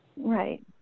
Right